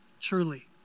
Truly